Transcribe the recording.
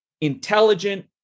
intelligent